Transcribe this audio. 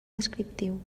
descriptiu